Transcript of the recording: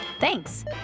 Thanks